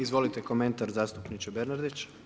Izvolite komentar zastupniče Bernardić.